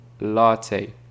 latte